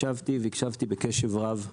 ישבתי והקשבתי בקשב רב,